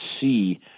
see